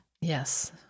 Yes